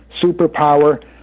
superpower